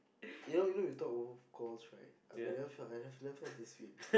you know you know you talk about about course right I've never I've never felt this way before